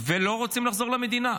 ולא רוצים לחזור למדינה.